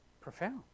Profound